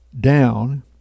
down